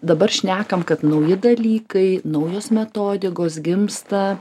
dabar šnekam kad nauji dalykai naujos metodigos gimsta